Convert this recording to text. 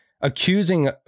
accusing